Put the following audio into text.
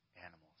animals